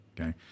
okay